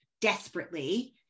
desperately